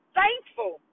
thankful